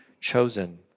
chosen